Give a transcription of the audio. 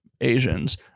Asians